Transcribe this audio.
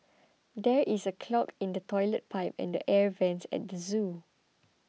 there is a clog in the Toilet Pipe and the Air Vents at the zoo